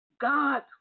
God